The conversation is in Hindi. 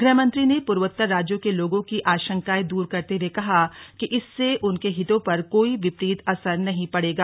गृहमंत्री ने पूर्वोत्तर राज्यों के लोगों की आशंकाएं दूर करते हुए कहा कि इससे उनके हितों पर कोई विपरीत असर नहीं पड़ेगा